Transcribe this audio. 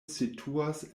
situas